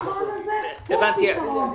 המבחן הזה הוא הפתרון.